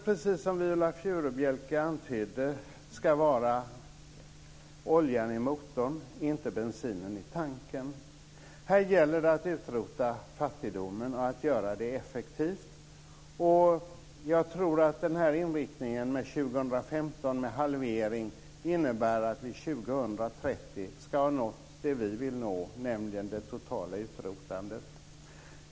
Precis som Viola Furubjelke antydde ska biståndet vara oljan i motorn, inte bensinen i tanken. Här gäller det att utrota fattigdomen och att göra det effektivt. Jag tror att inriktningen på en halvering 2015 innebär att vi 2030 ska ha nått det som vi vill nå, nämligen det totala utrotandet av fattigdomen.